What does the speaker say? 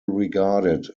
regarded